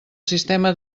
sistema